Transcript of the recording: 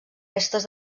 restes